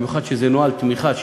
במיוחד כשזה נוהל תמיכה,